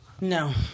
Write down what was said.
No